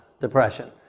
depression